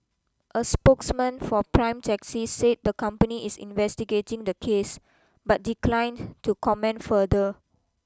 a spokesman for Prime Taxi said the company is investigating the case but declined to comment further